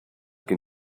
can